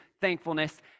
thankfulness